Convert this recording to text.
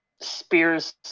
spears